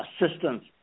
assistance